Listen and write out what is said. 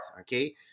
okay